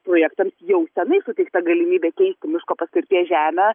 projektams jau senai suteikta galimybė keisti miško paskirties žemę